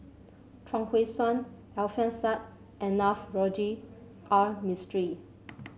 Chuang Hui Tsuan Alfian Sa'at and Navroji R Mistri